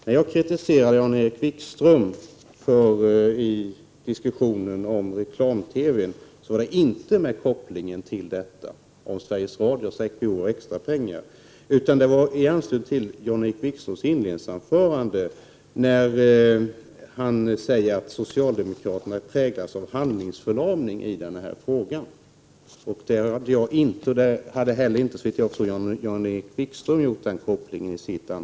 När jag kritiserade Jan-Erik Wikström i diskussionen om reklam-TV var det inte med kopplingen till frågan om Sveriges Radio skall få extra pengar utan i anslutning till Jan-Erik Wikströms inledningsanförande, där han säger att socialdemokraterna präglas av handlingsförlamning i denna fråga. Där hade inte heller, såvitt jag förstår, Jan-Erik Wikström gjort den här kopplingen.